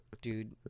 Dude